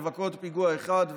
לְבַכּוֹת פיגוע אחד,